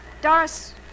Doris